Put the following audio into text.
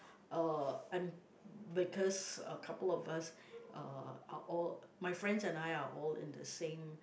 uh I'm because a couple of us uh are all my friends and I are all in the same